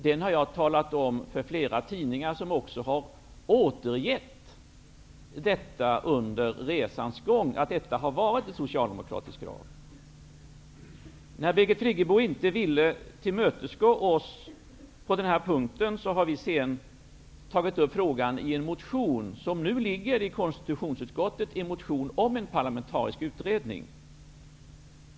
Detta har jag talat om för flera tidningar som under resans gång också har återgett att detta har varit ett socialdemokratiskt krav. När Birgit Friggebo inte ville tillmötesgå oss på den här punkten tog vi senare upp frågan i en motion som nu skall behandlas i konstitutionsutskottet, en motion om en parlamentarisk utredning.